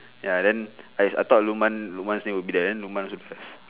ya then I I thought lukman lukman's name will be there then lukman should be there